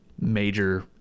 major